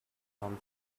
tom